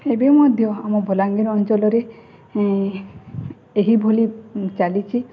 ଏବେ ମଧ୍ୟ ଆମ ବଲାଙ୍ଗୀର ଅଞ୍ଚଳରେ ଏହି ଭଳି ଚାଲିଛି